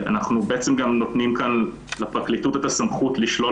אנחנו בעצם נותנים כאן לפרקליטות את הסמכות לשלול